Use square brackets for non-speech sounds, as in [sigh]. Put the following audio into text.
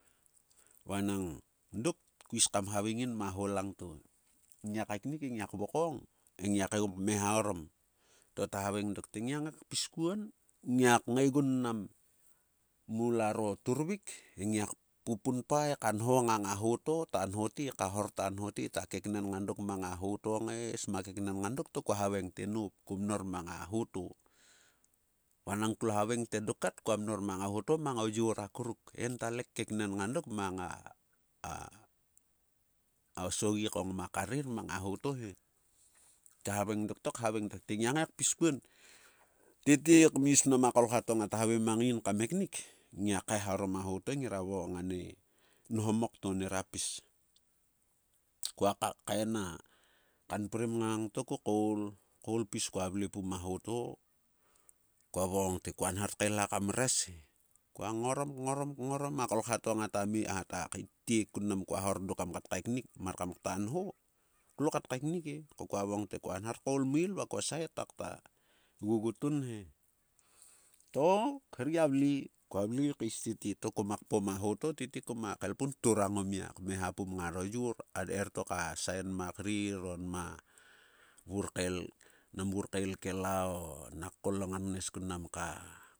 Vanang dok, kois kam havaeng in ma ho langto. Ngia kaeknik he ngia kvokong engia kaegom kmeha orom. To ta havaeng dok te, ngia ngae kpis kuon, ngia kngae gun mnam mularo turvik, e ngia kpupunpa eka nho ngang a ho to ta nho te, ka hor ta nho te. Ta keknen nga dok ma ho to ngae sma keknen nga dok to kua havaeng te, noup, ko mnor mang a ho to. Vanang klua havaeng te dok kat kua mnor mang a ho to mang o yor akuruk. En ta le kkeknen nga dok mang a [unintelligible] o sogi ko ngma karrir mang a ho to he. Ta havaeng dok to khavaeng dok te ngia ngae kpis kuon, tete kmis mnam a ne kolkha to ngata havae mang in kmeknik, ngia kaeharomaho to e ngera vokong ane nhomok to nera pis. Kua [unintelligible] kaen a kanprim ngang to ko kaol. Kkaol pis, kua vle pum a ho to, kua vokong te kua nhar tkaelha kam res he. Kua ngorom kngorom kngorom a kolkha to ngata kaittie kun mnam kua hor dok kam kat kaeknik mar kam kta nho, klo kat kaeknik e, ko kua vokong te kua nhar tkaol maeil va kua sae te kta gugutun he. To khuer gia vle, kua vle kais tete, to koma kpom a ho to, tete koma kaelpun kturang o mia kmeha pum ngaro yor, [unintelligible] erieto ka sae nma krir o nam vur kael kelao, nak kol a ngannes kun mnam.